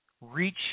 reach